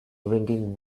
ringing